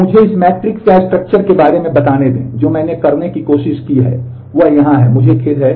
तो मुझे इस मैट्रिक्स की स्ट्रक्चर के बारे में बताने दें जो मैंने करने की कोशिश की है वह यहां है मुझे खेद है